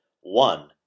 one